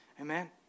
Amen